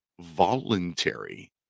voluntary